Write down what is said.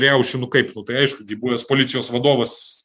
riaušių nu kaip nu tai aišku gi buvęs policijos vadovas